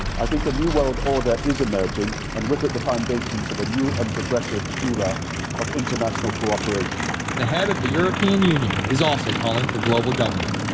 i think a new world order is emerging and with it the foundations. of a new and progressive era of international cooperation. the head of the european union is also calling for global government.